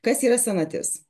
kas yra senatis